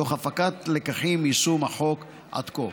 תוך הפקת לקחים מיישום החוק עד כה.